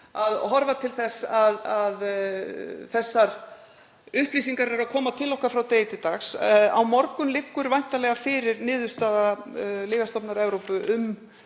að horfa til þess að upplýsingarnar eru að koma til okkar frá degi til dags. Á morgun liggur væntanlega fyrir niðurstaða Lyfjastofnunar Evrópu um